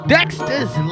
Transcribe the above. Dexter's